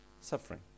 suffering